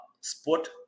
sport